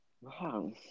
Wow